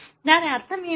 దాని అర్థం ఏమిటి